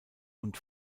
und